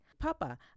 Papa